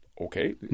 Okay